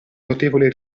notevole